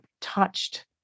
touched